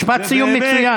משפט סיום מצוין.